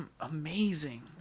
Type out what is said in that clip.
amazing